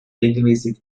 regelmäßig